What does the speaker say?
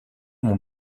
mon